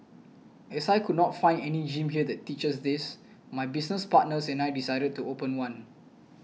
as I could not find any gym here that teaches this my business partners and I decided to open one